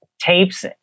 Tapes